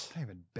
David